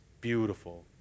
beautiful